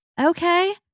Okay